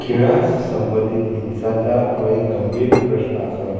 खेळा संबंदीत हिंसाचार हो एक गंभीर प्रश्न आसा